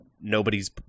nobody's